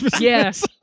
Yes